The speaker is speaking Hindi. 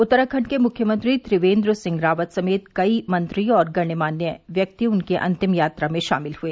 उत्तराखंड के मुख्यमंत्री त्रिवेन्द्र सिंह रावत समेत कई मंत्री और गणमान्य व्यक्ति उनकी अंतिम यात्रा में शामिल हुए